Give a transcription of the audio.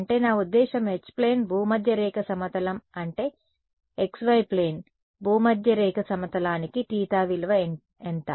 అంటే నా ఉద్దేశ్యం H ప్లేన్ భూమధ్యరేఖ సమతలం అంటే xy ప్లేన్ భూమధ్యరేఖ సమతలానికి తీటా విలువ ఎంత